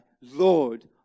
Lord